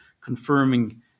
confirming